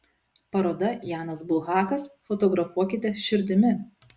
paroda janas bulhakas fotografuokite širdimi